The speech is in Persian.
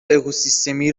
اکوسیستمی